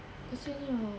kesiannya